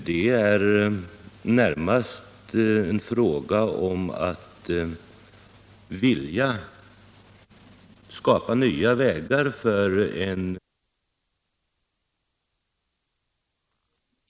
Det är verkligen min förhoppning att det beslut regeringen inom kort skall fatta också blir positivt, eftersom detta är ett från utbildningssynpunkt mycket intressant försök.